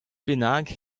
bennak